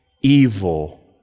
evil